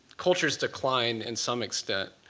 cultures decline in some extent,